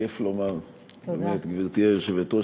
כיף לומר "גברתי היושבת-ראש",